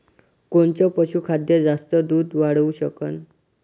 कोनचं पशुखाद्य जास्त दुध वाढवू शकन?